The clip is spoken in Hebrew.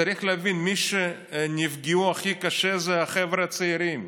צריך להבין שמי שנפגעו הכי קשה זה החבר'ה הצעירים.